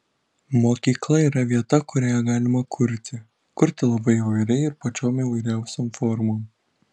mokykla yra vieta kurioje galima kurti kurti labai įvairiai ir pačiom įvairiausiom formom